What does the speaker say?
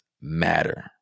Matter